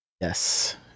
Yes